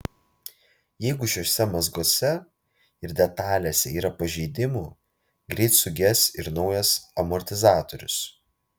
jeigu šiuose mazguose ir detalėse yra pažeidimų greit suges ir naujas amortizatorius